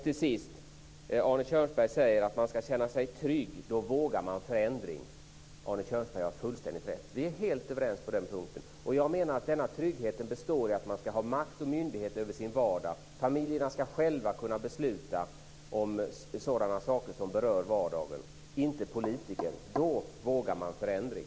Till sist. Arne Kjörnsberg säger att man ska känna sig trygg. Då vågar man förändring. Arne Kjörnsberg har fullständigt rätt. Vi är helt överens på den punkten. Jag menar att denna trygghet består i att man ska ha makt och myndighet över sin vardag. Familjerna ska själva kunna besluta om sådana saker som berör vardagen, inte politikerna. Då vågar man förändring.